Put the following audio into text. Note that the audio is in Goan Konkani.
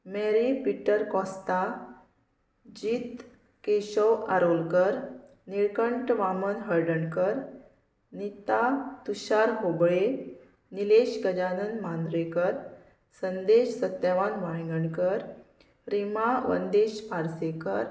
Mary Peter Costa Jeet Keshav Arolkar Nilkanth Waman Haldankar Neeta Tushar Hoble Nilesh Gajanan Mandrekar Sandesh Satyawan Wangankar Rima Vandesh Parsekar